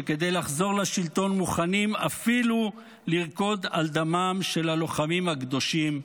שכדי לחזור לשלטון מוכנים אפילו לרקוד על דמם של הלוחמים הקדושים,